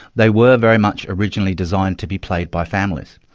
they were very much originally designed to be played by families.